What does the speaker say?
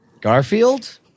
Garfield